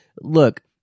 look